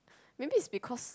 maybe is because